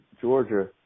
Georgia